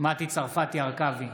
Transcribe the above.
מטי צרפתי הרכבי,